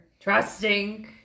Trusting